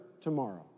tomorrow